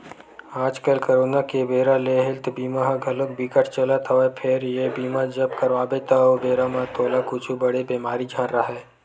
आजकल करोना के बेरा ले हेल्थ बीमा ह घलोक बिकट चलत हवय फेर ये बीमा जब करवाबे त ओ बेरा म तोला कुछु बड़े बेमारी झन राहय